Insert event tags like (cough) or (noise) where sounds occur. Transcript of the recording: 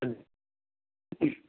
(unintelligible)